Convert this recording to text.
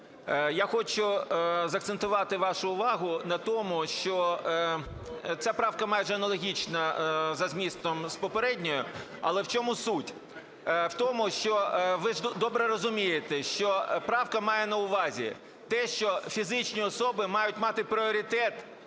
я хочу закцентувати вашу увагу на тому, що ця правка майже аналогічна за змістом з попередньою. Але в чому суть? В тому, що ви ж добре розумієте, що правка має на увазі те, що фізичні особи мають мати пріоритет